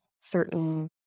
certain